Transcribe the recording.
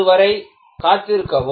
அதுவரை காத்திருக்கவும்